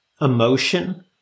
emotion